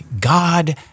God